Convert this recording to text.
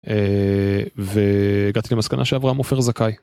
והגעתי למסקנה שאברהם עופר זכאי.